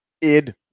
Id